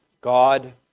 God